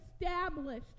established